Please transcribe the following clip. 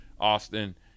Austin